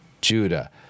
Judah